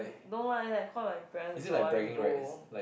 no lah and I reckon my parents also want me go